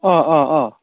अ अ अ